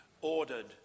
ordered